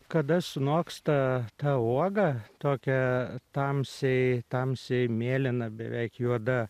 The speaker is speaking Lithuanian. kada sunoksta ta uoga tokia tamsiai tamsiai mėlyna beveik juoda